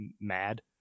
mad